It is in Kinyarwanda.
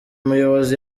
muyobozi